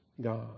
God